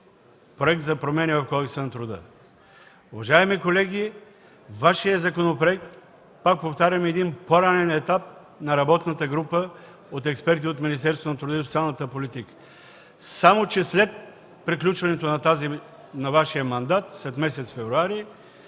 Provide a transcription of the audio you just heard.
Проект за промени в Кодекса на труда. Уважаеми колеги, Вашият законопроект, пак повтарям, е един по-ранен етап на работната група от експерти от Министерството на труда и социалната политика. Само че след приключването на Вашия мандат през месец февруари